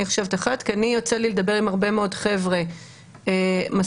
אני חושבת אחרת כי יוצא לי לדבר עם הרבה מאוד חבר'ה משכילים,